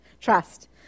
Trust